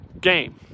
game